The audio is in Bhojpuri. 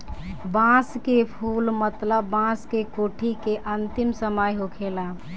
बांस के फुल मतलब बांस के कोठी के अंतिम समय होखेला